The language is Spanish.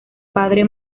padre